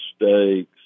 mistakes